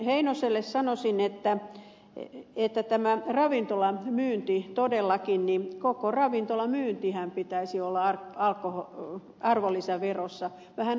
heinoselle sanoisin että todellakin koko ravintolamyynninhän pitäisi olla arvonlisäverossa vähän alempana